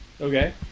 Okay